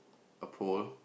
a pole